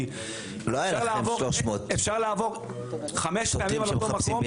כי צריך לעבור --- לא היה לכם שלוש מאות עובדים שמחפשים ביחד,